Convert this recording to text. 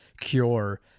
Cure